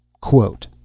Quote